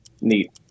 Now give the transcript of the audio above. Neat